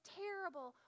terrible